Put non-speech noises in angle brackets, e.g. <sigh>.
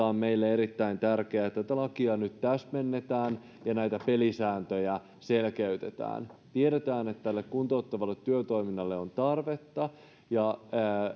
<unintelligible> on meille erittäin tärkeää että tätä lakia nyt täsmennetään ja näitä pelisääntöjä selkeytetään tiedetään että tälle kuntouttavalle työtoiminnalle on tarvetta ja